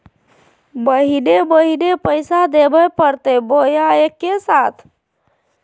महीने महीने पैसा देवे परते बोया एके साथ?